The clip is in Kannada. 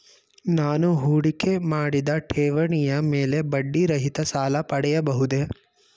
ನಾನು ಹೂಡಿಕೆ ಮಾಡಿದ ಠೇವಣಿಯ ಮೇಲೆ ಬಡ್ಡಿ ರಹಿತ ಸಾಲ ಪಡೆಯಬಹುದೇ?